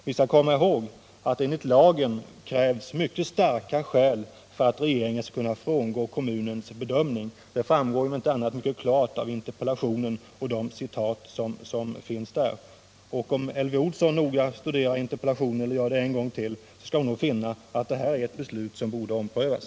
Vi skall komma ihåg att det enligt lagen krävs mycket starka skäl för att regeringen skulle kunna frångå kommunens bedömning. Det framgår om inte annat klart av interpellationen och de citat som finns upptagna där. Om Elvy Olsson studerar interpellationen en gång till skall hon finna att det här är ett beslut som borde omprövas.